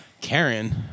Karen